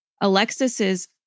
Alexis's